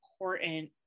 important